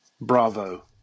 Bravo